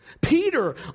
Peter